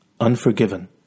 Unforgiven